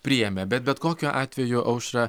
priėmė bet bet kokiu atveju aušra